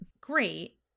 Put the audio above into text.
great